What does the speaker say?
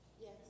Yes